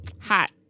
hot